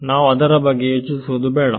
ನಾವು ಅದರ ಬಗ್ಗೆ ಯೋಚಿಸುವುದು ಬೇಡ